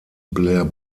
blair